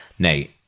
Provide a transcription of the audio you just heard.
Nate